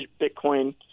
Bitcoin